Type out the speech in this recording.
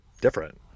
different